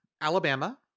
Alabama